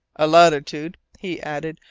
a latitude, he added,